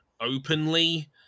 openly